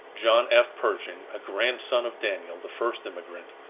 john f. pershing, a grandson of daniel, the first immigrant,